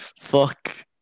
fuck